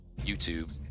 YouTube